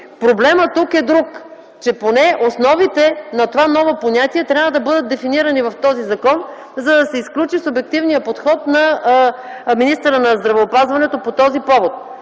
Проблемът тук е друг – че поне основите на това ново понятие трябва да бъдат дефинирани в този закон, за да се изключи субективният подход на министъра на здравеопазването по този повод.